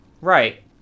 Right